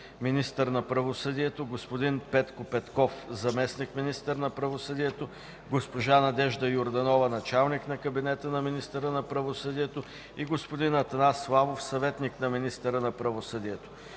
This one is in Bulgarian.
министър на правосъдието, господин Петко Петков – заместник-министър на правосъдието, госпожа Надежда Йорданова – началник на кабинета на министъра на правосъдието, и господин Атанас Славов – съветник на министъра на правосъдието;